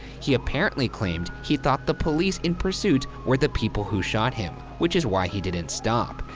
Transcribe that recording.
he apparently claimed he thought the police in pursuit were the people who shot him which is why he didn't stop.